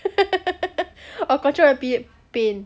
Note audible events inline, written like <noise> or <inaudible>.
<laughs> control your period pain